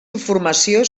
informació